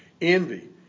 Envy